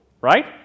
right